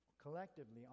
collectively